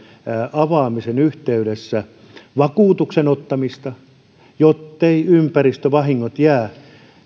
avaamisen yhteydessä vakuutuksen ottamista jotteivät ympäristövahingot jää